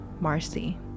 Marcy